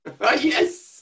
yes